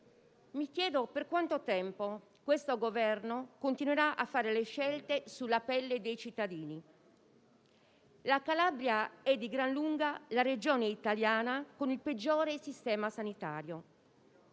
mi chiedo per quanto tempo questo Esecutivo continuerà a fare scelte sulla pelle dei cittadini. La Calabria è di gran lunga la Regione italiana con il peggiore sistema sanitario.